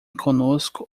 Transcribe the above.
conosco